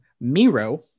Miro